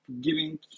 giving